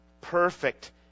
perfect